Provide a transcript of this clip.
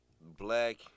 black